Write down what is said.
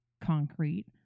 concrete